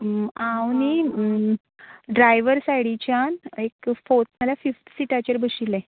हांव न्ही ड्रायवर सायडीच्यान एक फोर्थ नाल्या फिफ्त सिटाचेर बशिल्लें